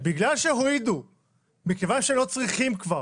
בגלל שהורידו מכיוון שלא צריכים כבר